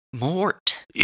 Mort